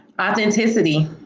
Authenticity